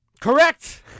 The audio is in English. Correct